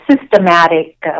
systematic